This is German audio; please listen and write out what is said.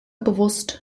bewusst